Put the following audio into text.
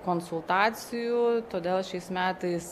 konsultacijų todėl šiais metais